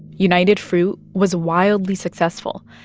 united fruit was wildly successful,